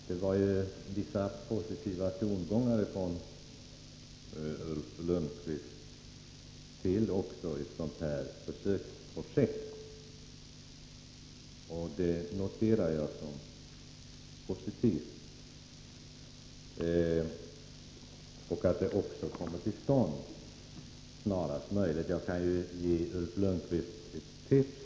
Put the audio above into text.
Herr talman! Det var vissa positiva tongångar från Ulf Lönnqvist till ett sådant här försöksprojekt. Det noterar jag med tillfredsställelse, och jag hoppas att försöket kommer till stånd snarast möjligt. Jag kan ge Ulf Lönnqvist ett tips.